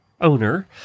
owner